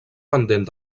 pendent